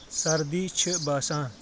سردی چھ باسان